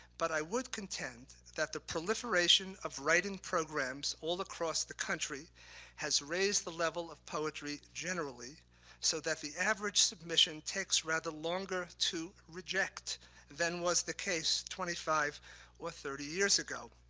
but i would contend that the proliferation of write-in programs all across the country has raised the level of poetry generally so that the average submission takes rather longer to reject than was the case twenty five or thirty years ago.